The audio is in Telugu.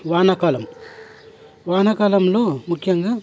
వానాకాలం వానాకాలంలో ముఖ్యంగా